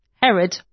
Herod